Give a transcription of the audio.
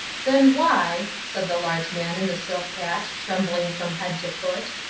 then, why, said the large man in the silk hat, trembling from head to foot,